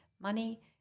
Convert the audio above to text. money